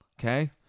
Okay